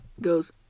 Goes